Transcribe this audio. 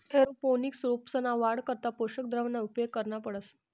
aeroponics रोपंसना वाढ करता पोषक द्रावणना उपेग करना पडस